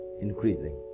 increasing